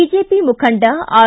BJP ಮುಖಂಡ R